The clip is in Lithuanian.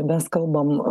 mes kalbam